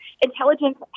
Intelligence